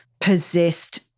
possessed